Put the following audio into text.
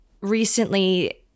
recently